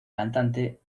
cantante